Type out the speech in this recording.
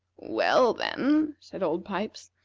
well, then, said old pipes,